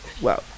wow